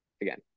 Again